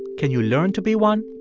can you learn to be one?